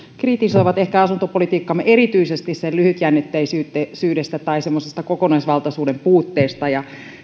kritisoivat asuntopolitiikkaamme erityisesti sen lyhytjännitteisyydestä tai semmoisesta kokonaisvaltaisuuden puutteesta ja